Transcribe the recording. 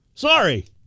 Sorry